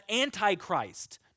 antichrist